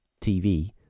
TV